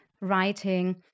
writing